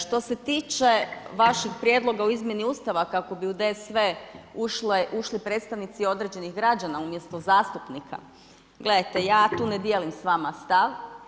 Što se tiče vašeg prijedloga o izmjeni Ustava kako bi u DSV ušli predstavnici određenih građana umjesto zastupnika, gledajte ja tu ne dijelim s vama stav.